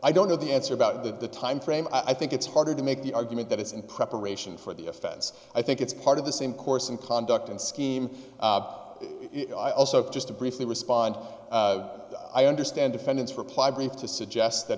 i don't know the answer about the timeframe i think it's harder to make the argument that it's in preparation for the offense i think it's part of the same course and conduct and scheme i also just to briefly respond i understand defendant's reply brief to suggest that